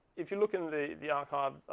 if you look in the the archive,